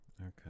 Okay